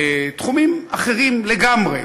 לתחומים אחרים לגמרי,